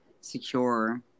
secure